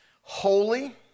holy